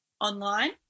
online